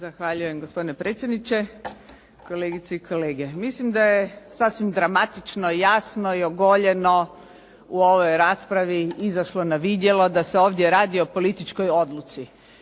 Zahvaljujem, gospodine predsjedniče. Kolegice i kolege. Mislim da je sasvim dramatično, jasno i ogoljeno u ovoj raspravi izašlo na vidjelo da se ovdje radi o političkoj odluci.